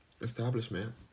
establishment